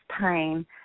pain